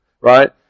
right